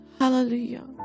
Hallelujah